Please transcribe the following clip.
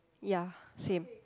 ya same